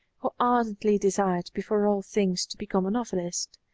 who ardently desired before all things to become a novelist.